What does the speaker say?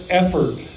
effort